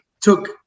took